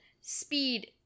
speed